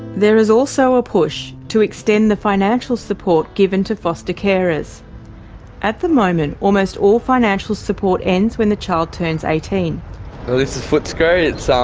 there is also a push to extend the financial support given to foster carers. at the moment almost all financial support ends when the child turns eighteen. this is footscray. it's um